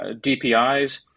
DPIs